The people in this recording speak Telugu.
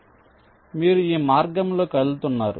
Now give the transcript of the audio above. కాబట్టి మీరు ఈ మార్గంలో కదులుతున్నారు